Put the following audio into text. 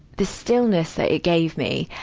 the stillness that it gave me,